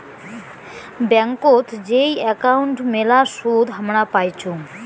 ব্যাংকোত যেই একাউন্ট মেলা সুদ হামরা পাইচুঙ